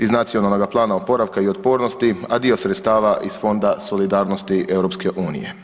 Iz Nacionalnog plana oporavka i otpornosti, a dio sredstava iz Fonda solidarnosti EU.